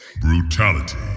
Brutality